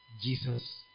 Jesus